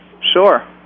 Sure